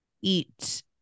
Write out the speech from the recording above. eat